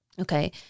okay